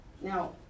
Now